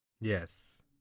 Yes